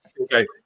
Okay